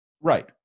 Right